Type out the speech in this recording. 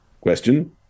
question